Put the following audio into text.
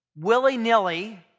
willy-nilly